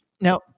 now